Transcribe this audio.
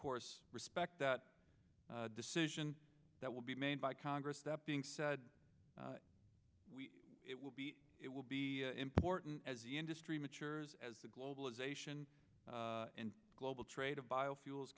course respect that decision that will be made by congress that being said it will be it will be important as the industry matures as the globalization and global trade of biofuels